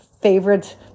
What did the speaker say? favorite